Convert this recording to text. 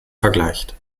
vergleicht